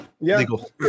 legal